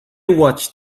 watched